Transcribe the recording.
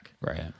Right